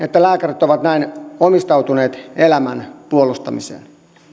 että lääkärit ovat näin omistautuneet elämän puolustamiselle